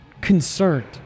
concerned